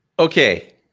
Okay